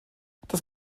das